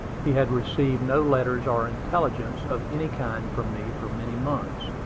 he had received no letters or intelligence of any kind from me for many months.